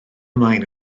ymlaen